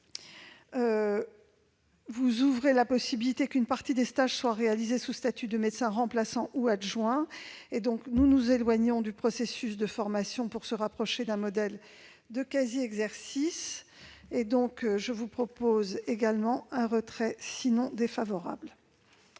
à ouvrir la possibilité qu'une partie des stages soit réalisée sous statut de médecin remplaçant ou adjoint. Nous nous éloignons là encore du processus de formation pour nous rapprocher d'un modèle de quasi-exercice. Je vous invite également à le retirer ; à défaut,